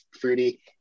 fruity